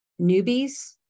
newbies